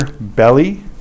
belly